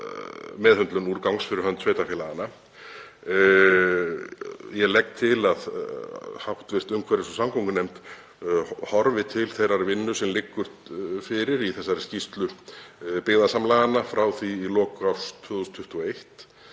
meðhöndlun úrgangs fyrir hönd sveitarfélaganna. Ég legg til að hv. umhverfis- og samgöngunefnd horfi til þeirrar vinnu sem liggur fyrir í þessari skýrslu byggðasamlaganna frá því í lok árs 2021.